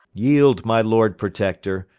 yeeld my lord protector,